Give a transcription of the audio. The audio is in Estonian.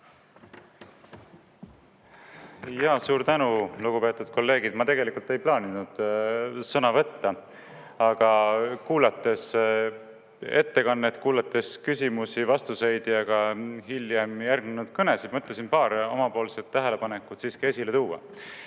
Suur tänu! Lugupeetud kolleegid! Ma tegelikult ei plaaninud sõna võtta, aga kuulates ettekannet, kuulates küsimusi-vastuseid ja ka hiljem järgnenud kõnesid, ma mõtlesin paar omapoolset tähelepanekut siiski esile tuua.